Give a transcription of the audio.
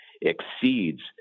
exceeds